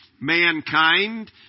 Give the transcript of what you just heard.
mankind